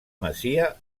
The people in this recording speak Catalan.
masia